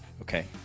Okay